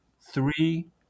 three